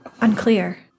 Unclear